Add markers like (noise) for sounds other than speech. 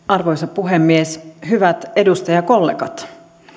(unintelligible) arvoisa puhemies hyvät edustajakollegat